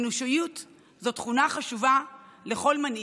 אנושיות זאת תכונה חשובה לכל מנהיג,